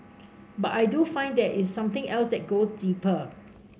but I do find that is something else that goes deeper